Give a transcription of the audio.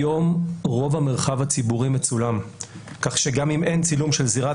היום רוב המרחב הציבורי מצולם כך שגם אם אין צילום של זירת